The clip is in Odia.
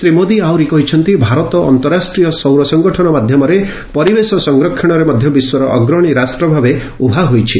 ଶ୍ରୀ ମୋଦୀ ଆହୁରି କହିଛନ୍ତି ଭାରତ ଅନ୍ତରାଷ୍ଟ୍ରୀୟ ସୌର ସଙ୍ଗଠନ ମାଧ୍ୟମରେ ପରିବେଶ ସଂରକ୍ଷଣରେ ମଧ୍ୟ ବିଶ୍ୱର ଅଗ୍ରଣୀ ରାଷ୍ଟ୍ର ଭାବେ ଉଭା ହୋଇଛି